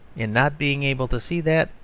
in not being able to see that,